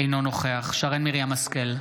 אינו נוכח שרן מרים השכל,